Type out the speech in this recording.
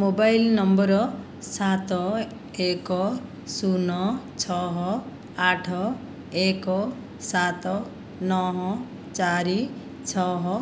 mobile ନମ୍ବର ସାତ ଏକ ଶୂନ ଛଅ ଆଠ ଏକ ସାତ ନଅ ଚାରି ଛଅ